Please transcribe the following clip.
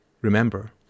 Remember